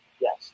Yes